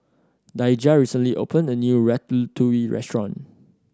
Daijah recently opened a new Ratatouille Restaurant